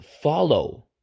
follow